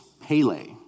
Pele